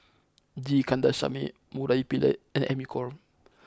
G Kandasamy Murali Pillai and Amy Khor